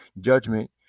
judgment